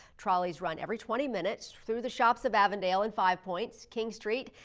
trollies run every twenty minutes through the shops of avondale and five points, king street,